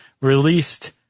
released